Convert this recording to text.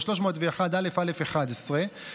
301א(א)(10) או 301א(א)(11)